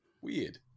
weird